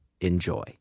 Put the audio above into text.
enjoy